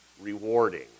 rewarding